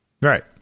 Right